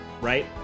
Right